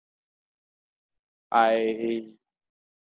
I